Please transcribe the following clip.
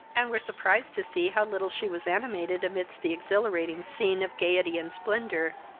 and were surprised to see how little she was animated amidst the exhilirating scene of gaiety and splendor,